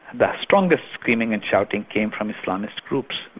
the strongest screaming and shouting came from islamist groups.